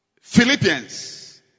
Philippians